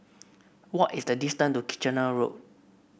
what is the distance to Kitchener Road